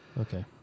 Okay